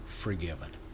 forgiven